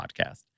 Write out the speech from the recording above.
podcast